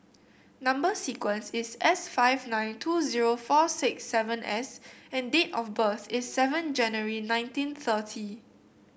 number sequence is S five nine two zero four six seven S and date of birth is seven January nineteen thirty